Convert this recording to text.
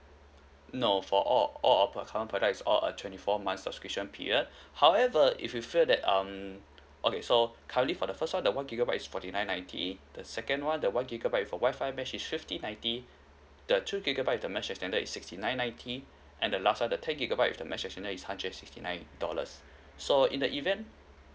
no for all all of per~ current product is all a twenty four month subscription period however if you feel that um okay so currently for the first one the one gigabyte is forty nine ninety the second one the one gigabyte with a Wi-Fi mesh is fifty ninety the two gigabyte with the mesh extender is sixty nine ninety and the last one the ten gigabyte with the mesh extender is hundred and sixty nine dollars so in the event